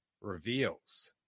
reveals